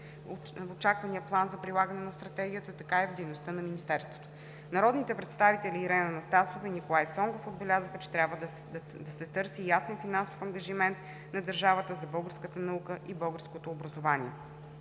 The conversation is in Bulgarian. в очаквания План за прилагане на Стратегията, така и в дейността на Министерството. Народните представители Ирена Анастасова и Николай Цонков отбелязаха, че трябва да се търси ясен финансов ангажимент на държавата за българската наука и българското образование.